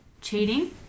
Cheating